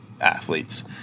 athletes